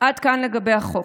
עד כאן לגבי החוק.